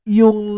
yung